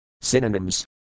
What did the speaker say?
Synonyms